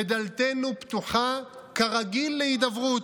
ודלתנו פתוחה כרגיל להידברות.